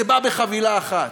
זה בא בחבילה אחת.